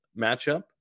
matchup